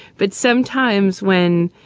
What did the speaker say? but sometimes when,